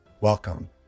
Welcome